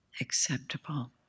acceptable